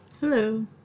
Hello